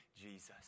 Jesus